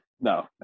no